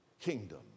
kingdom